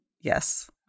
Yes